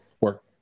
work